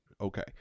okay